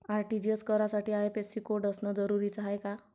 RTGS करासाठी IFSC code असनं जरुरीच हाय का?